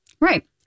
Right